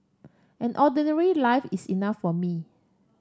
an ordinary life is enough for me